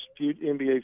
NBA